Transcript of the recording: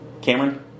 Cameron